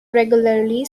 regularly